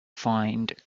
find